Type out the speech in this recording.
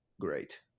great